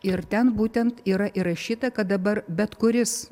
ir ten būtent yra įrašyta kad dabar bet kuris